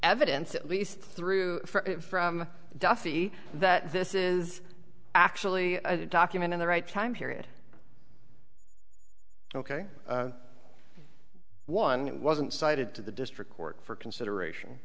evidence at least through from duffy that this is actually a document in the right time period ok one it wasn't cited to the district court for consideration